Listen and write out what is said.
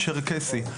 צ'רקסי,